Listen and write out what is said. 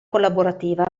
collaborativa